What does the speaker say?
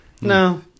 No